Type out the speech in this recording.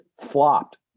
flopped